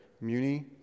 Muni